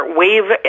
wave